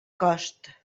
cost